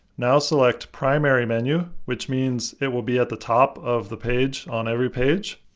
now select primary menu, which means it will be at the top of the page on every page.